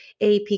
AP